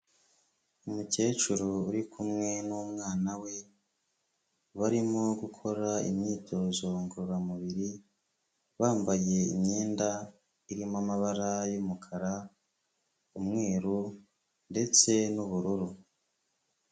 Umukecuru uri kumwe n'umwana we, barimo gukora imyitozo ngororamubiri, bambaye imyenda irimo amabara y'umukara, umweru ndetse n'ubururu.